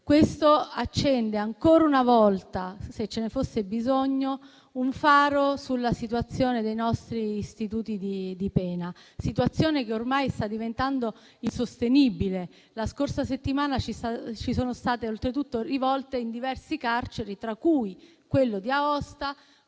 Questo accende ancora una volta, se ce ne fosse bisogno, un faro sulla situazione dei nostri istituti di pena, che ormai sta diventando insostenibile. La scorsa settimana ci sono state oltretutto rivolte in diverse carceri, tra cui quelle di Aosta